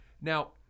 Now